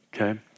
okay